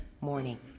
morning